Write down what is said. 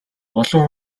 олон